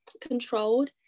controlled